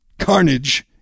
carnage